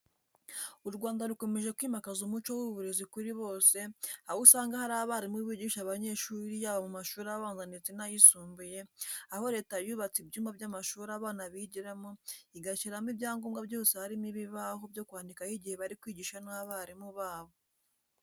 U Rwanda rukomeje kwimakaza umuco w'uburezi kuri bose, aho usanga hari abarimu bigisha abanyeshuri yaba mu mashuri abanza ndetse n'ayisumbuye, aho leta yubatse ibyumba by'amashuri abana bigiramo igashyiramo ibyangombwa byose harimo ibibaho byo kwandikaho igihe bari kwigishwa n'abarimu babo.